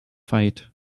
fight